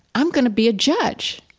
i'm going to be a judge